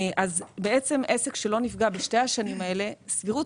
בעצם עסק שלא נפגע בשתי השנים האלה סבירות